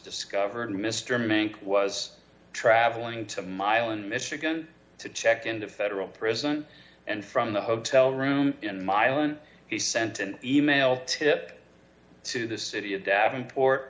discovered mr manc was traveling to my island michigan to check in to federal prison and from the hotel room in milan he sent an e mail tip to the city of davenport